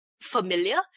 familiar